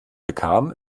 bekam